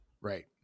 Right